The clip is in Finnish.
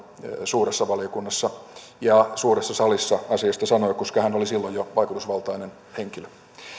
suuressa valiokunnassa ja suuressa salissa asiasta sanoi koska hän oli jo silloin vaikutusvaltainen henkilö